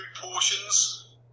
portions